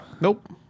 Nope